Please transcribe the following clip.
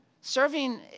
Serving